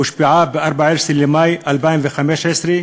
הושבעה ב-14 במאי 2015,